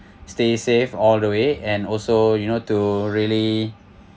stay safe all the way and also you know to really